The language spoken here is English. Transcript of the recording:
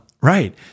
Right